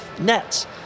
nets